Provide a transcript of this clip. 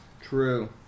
True